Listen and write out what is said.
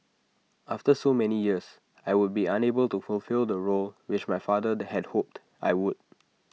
after so many years I would be unable to fulfil the role which my father they had hoped I would